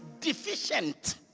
deficient